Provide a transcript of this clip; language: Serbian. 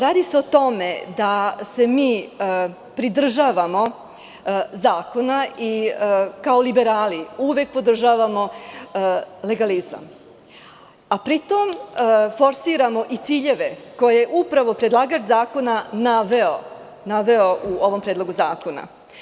Radi se o tome da se mi pridržavamo zakona i kao liberali uvek podržavamo legalizam, a pri tom forsiramo i ciljeve koje je upravo predlagač zakona naveo u ovom predlogu zakona.